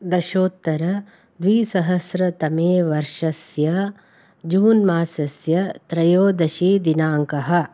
दशोत्तरद्विसहस्रतमे वर्षस्य जून् मासस्य त्रयोदशीदिनाङ्कः